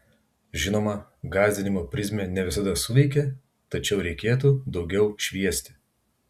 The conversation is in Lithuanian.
žinoma gąsdinimo prizmė ne visada suveikia tačiau reikėtų daugiau šviesti